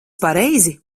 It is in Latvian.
pareizi